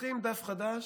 פותחים דף חדש.